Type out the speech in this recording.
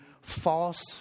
false